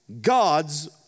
God's